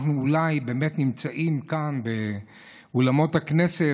אנחנו אולי באמת נמצאים כאן באולמות הכנסת,